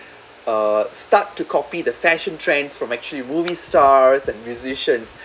uh start to copy the fashion trends from actually movie stars and musicians